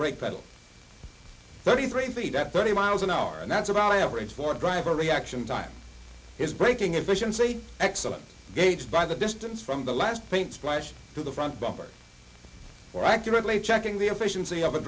brake pedal thirty three feet at thirty miles an hour and that's about average for driver reaction time is braking efficiency excellent gauged by the distance from the last think splash to the front bumper for accurately checking the efficiency of a